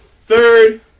Third